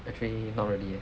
actually not really eh